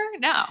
No